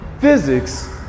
Physics